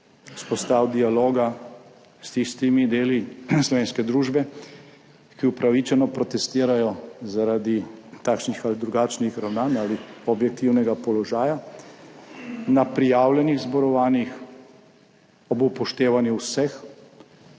vzpostaviti dialoga s tistimi deli slovenske družbe, ki upravičeno protestirajo zaradi takšnih ali drugačnih ravnanj ali objektivnega položaja na prijavljenih zborovanjih, ob upoštevanju vseh